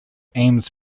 ames